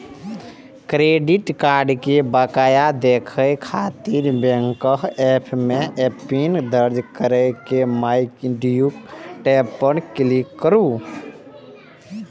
credit card के बकाया देखै खातिर बैंकक एप मे एमपिन दर्ज कैर के माइ ड्यू टैब पर क्लिक करू